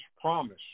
promise